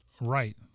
Right